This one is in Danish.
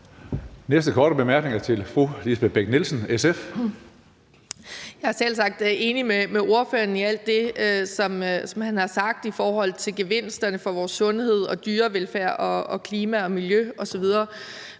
Lisbeth Bech-Nielsen, SF. Kl. 16:16 Lisbeth Bech-Nielsen (SF): Jeg er selvsagt enig med ordføreren i alt det, som han har sagt i forhold til gevinsterne for vores sundhed og dyrevelfærd og klima og miljø osv.